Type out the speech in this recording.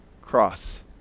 cross